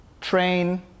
train